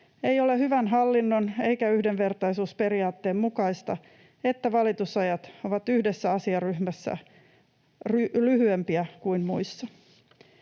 Ei ole hyvän hallinnon eikä yhdenvertaisuusperiaatteen mukaista, että valitusajat ovat yhdessä asiaryhmässä lyhyempiä kuin muissa.”